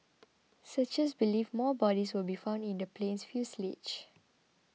searchers believe more bodies will be found in the plane's fuselage